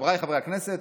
חבריי חברי הכנסת,